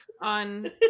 on